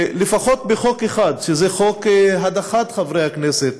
לפחות בחוק אחד, שזה חוק הדחת חברי הכנסת,